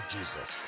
Jesus